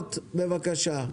אדוארד בבקשה.